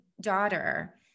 daughter